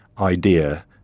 idea